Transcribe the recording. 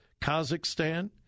Kazakhstan